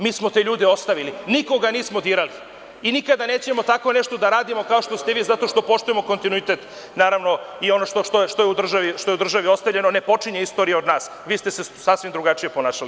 Mi smo te ljude ostavili nikoga nismo dirali i nikada nećemo tako nešto da radimo kao što ste vi, zato što poštujem kontinuitet, naravno, ono što je u državi ostavljeno, ne počinje istorija od nas, vi ste se sasvim drugačiji ponašali.